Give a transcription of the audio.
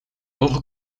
hoge